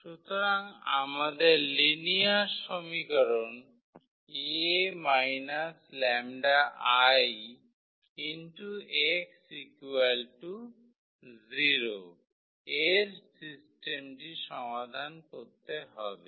সুতরাং আমাদের লিনিয়ার সমীকরণ 𝐴 𝜆𝐼𝑥0 এর সিস্টেমটি সমাধান করতে হবে